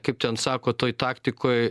kaip ten sako toj taktikoj